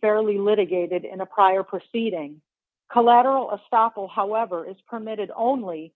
fairly litigated in a prior proceeding collateral estoppel however is permitted only